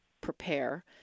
prepare